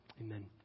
Amen